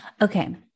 Okay